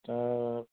তাৰ